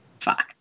fuck